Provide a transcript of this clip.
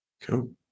cool